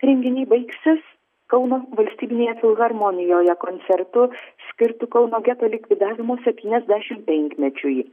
renginiai baigsis kauno valstybinėje filharmonijoje koncertu skirtu kauno geto likvidavimo septyniasdešim penkmečiui